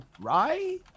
Right